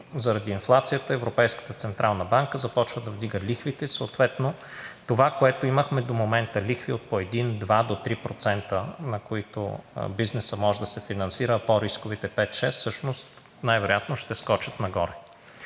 Заради инфлацията Европейската централна банка започва да вдига лихвите. Съответно това, което имахме до момента – лихви от по един, два до три процента, на които бизнесът може да се финансира, а по-рисковите – пет-шест, всъщност, най-вероятно, ще скочат нагоре.